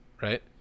right